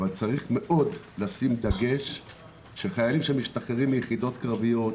אבל צריך מאוד לשים דגש שחיילים שמשתחררים מיחידות קרביות,